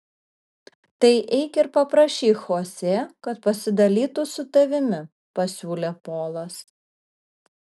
tai eik ir paprašyk chosė kad pasidalytų su tavimi pasiūlė polas